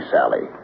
Sally